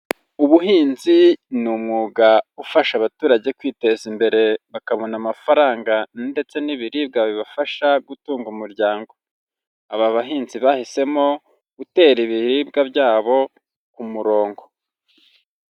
Ubuhinzi ni umwuga ufasha abaturage kwiteza imbere bakabona amafaranga ndetse n'ibiribwa bibafasha gutunga umuryango, aba bahinzi bahisemo gutera ibiribwa byabo ku murongo.